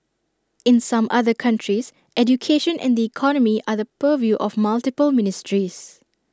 in some other countries education and the economy are the purview of multiple ministries